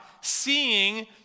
seeing